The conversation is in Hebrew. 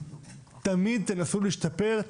תמיד תנסו להשתפר,